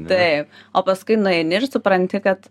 taip o paskui nueini ir supranti kad